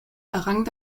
errang